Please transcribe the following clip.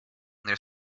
their